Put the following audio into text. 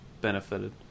benefited